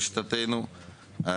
לשיטתנו,